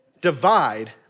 divide